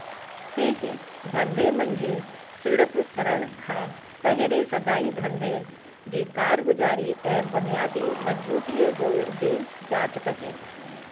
कंहिं धंधे मंझि सीड़प करण खां पहिरीं सदाईं धंधे जी कारगुज़ारी ऐं बुनियादी मज़बूतीअ जी जांच कजे